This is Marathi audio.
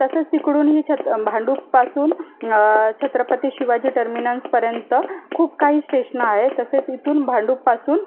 तसंच तिकडूनही छत भांडुपपासून छत्रपती शिवाजी टर्मिनंसपर्यंत खूप काही स्टेशनं आहेत तसेच इथून भांडुपपासून